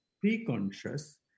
pre-conscious